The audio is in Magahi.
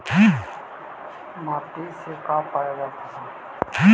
माटी से का पाया जाता है?